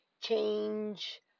change